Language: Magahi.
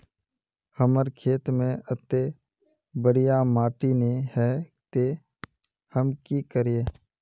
हमर खेत में अत्ते बढ़िया माटी ने है ते हम की करिए?